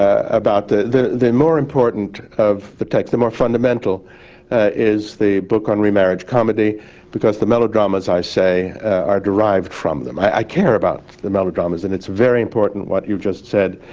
ah about the the the more important of the text. the more fundamental is the book on remarriage comedy because the melodramas i say are derived from them. i i care about the melodramas and it's very important what you've just said